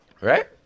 Right